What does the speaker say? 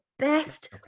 best